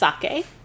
sake